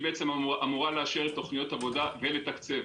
אמורה לאשר את תוכניות העבודה ולתקצב.